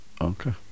Okay